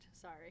Sorry